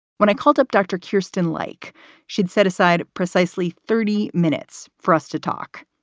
when i called up dr. cureton, like she'd set aside precisely thirty minutes for us to talk.